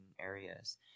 areas